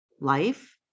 life